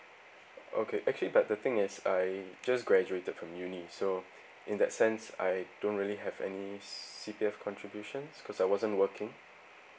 okay actually but the thing is I just graduated from uni so in that sense I don't really have any C_P_F contributions cause I wasn't working